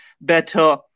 better